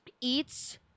eats